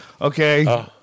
Okay